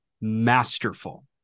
masterful